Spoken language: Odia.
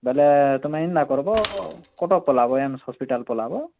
ବେଲେ ତୁମେ ଇନ୍ତା କରବୋ କଟକ ପଲାବୋ ଏମସ୍ ହସ୍ପିଟାଲ୍ ପଲାବୋ